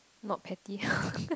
not petty